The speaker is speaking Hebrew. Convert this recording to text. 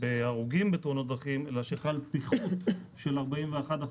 בהרוגים בתאונות דרכים, אלא שחל פיחות של 41%,